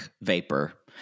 vapor